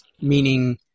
meaning